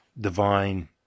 divine